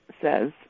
says